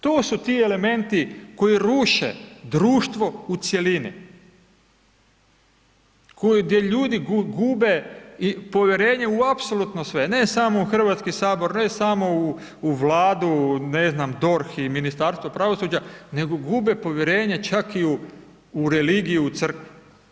To su ti elementi koji ruše društvo u cjelini, koji gdje ljudi gube povjerenje u apsolutno sve, ne samo u Hrvatski sabor ne samo u Vladu, ne znam DORH i Ministarstvo pravosuđa, nego gube povjerenje čak i u religiju u crkvu.